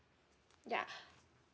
ya